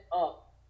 up